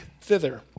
thither